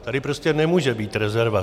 Tady prostě nemůže být rezerva.